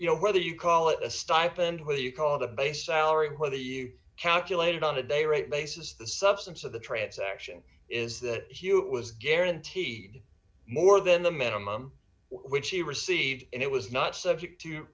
you know whether you call it a stipend whether you call it a base salary whether you calculate it on a day rate basis the substance of the transaction is that hewitt was guaranteed more than the minimum which he received and it was not subject to